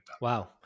Wow